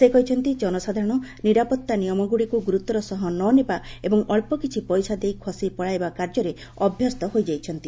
ସେ କହିଛନ୍ତି ଜନସାଧାରଣ ନିରାପତ୍ତା ନିୟମଗୁଡ଼ିକୁ ଗୁରୁତ୍ୱର ସହ ନ ନେବା ଏବଂ ଅକ୍ସକିଛି ପଇସା ଦେଇ ଖସି ପଳାଇବା କାର୍ଯ୍ୟରେ ଅଭ୍ୟସ୍ଥ ହୋଇଯାଇଛନ୍ତି